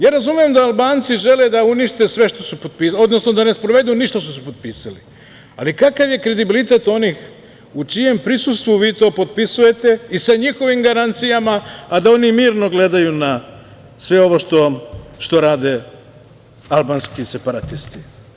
Ja razumem da Albanci žele da unište sve što su potpisali, odnosno da ne sprovedu ništa što su potpisali, ali kakav je kredibilitet onih u čijem prisustvu vi to potpisujete i sa njihovim garancijama, a da oni mirno gledaju na sve ovo što rade albanski separatisti?